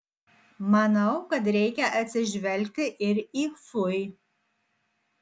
manau kad reikia atsižvelgti ir į fui